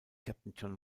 captain